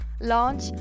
launch